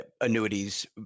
annuities